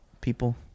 people